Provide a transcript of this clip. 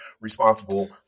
responsible